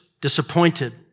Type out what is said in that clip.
disappointed